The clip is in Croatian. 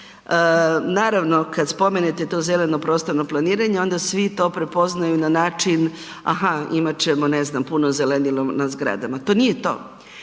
Naravno kad spomenete to zeleno prostorno planiranje onda svi to prepoznaju na način a ha imati ćemo ne znam puno zelenila na zgradama. To nije to.